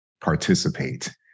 participate